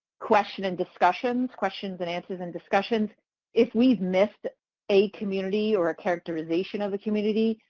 question and discussions, questions and answers and discussions if we've missed a community or a characterization of a community,